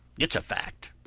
it's a fact.